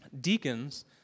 deacons